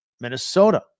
Minnesota